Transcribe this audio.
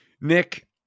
Nick